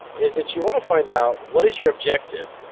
is that you wanna find out what is your objective.